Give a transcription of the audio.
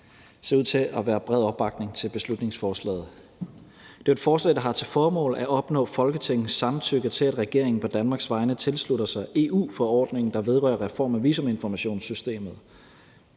der ser ud til at være bred opbakning til beslutningsforslaget. Det er jo et forslag, der har til formål at opnå Folketingets samtykke til, at regeringen på Danmarks vegne tilslutter sig EU-forordningen, der vedrører reform af visuminformationssystemet